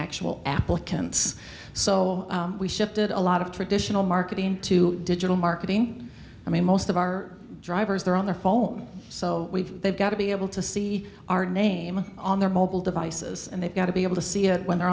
actual applicants so we shifted a lot of traditional marketing into digital marketing i mean most of our drivers there on the phone so we've they've got to be able to see our name on their mobile devices and they've got to be able to see it when they're